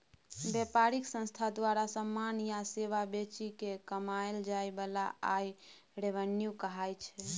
बेपारिक संस्था द्वारा समान या सेबा बेचि केँ कमाएल जाइ बला आय रेवेन्यू कहाइ छै